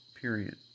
Period